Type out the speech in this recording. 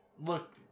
Look